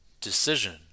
decision